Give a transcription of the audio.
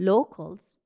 Locals